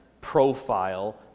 profile